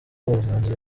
abahanzi